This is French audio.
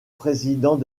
président